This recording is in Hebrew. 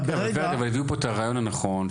אבל הביאו פה את הרעיון הנכון,